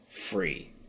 free